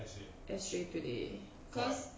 S_J today cause